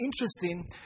Interesting